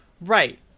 Right